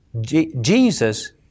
JESUS